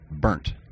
burnt